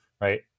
Right